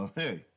hey